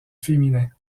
féminin